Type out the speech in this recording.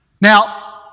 Now